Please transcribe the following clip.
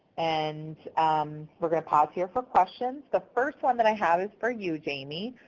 and we're going to pause here for questions. the first one that i have is for you, jayme.